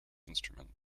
instruments